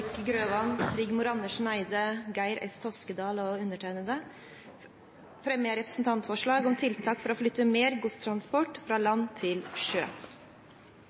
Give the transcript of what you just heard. Grøvan, Rigmor Andersen Eide, Geir S. Toskedal og undertegnede fremmer jeg representantforslag om tiltak for å flytte mer godstransport fra land til sjø.